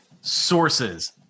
Sources